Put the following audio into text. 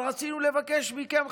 אבל רצינו לבקש מכם,